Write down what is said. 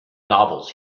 novels